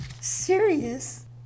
serious